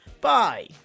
Bye